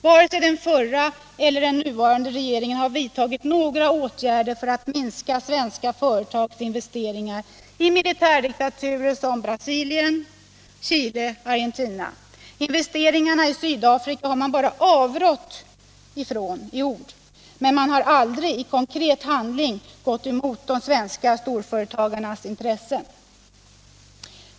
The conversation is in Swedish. Varken den förra eller den nuvarande regeringen har vidtagit några åtgärder för att minska svenska företags investeringar i militärdiktaturer som Brasilien, Chile och Argentina. Investeringarna i Sydafrika har man bara avrått från i ord. Men man har aldrig i konkret handling gått emot de svenska storföretagarnas intressen.